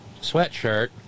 sweatshirt